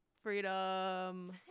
Freedom